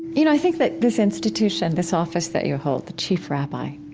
you know i think that this institution, this office that you hold, the chief rabbi,